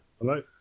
Hello